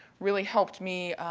really helped me,